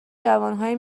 جوانهایی